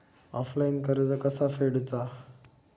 Offline कर्ज कसा फेडूचा?